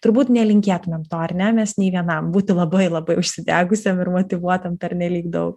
turbūt nelinkėtumėm to ar ne mes nei vienam būti labai labai užsidegusiam ir motyvuotam pernelyg daug